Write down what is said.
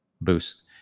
boost